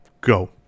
Go